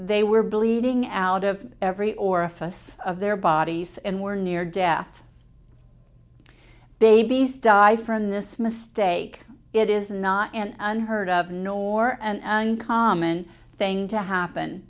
they were bleeding out of every orifice of their bodies and were near death babies die from this mistake it is not unheard of nor and common thing to happen